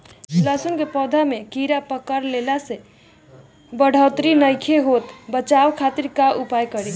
लहसुन के पौधा में कीड़ा पकड़ला से बढ़ोतरी नईखे होत बचाव खातिर का उपाय करी?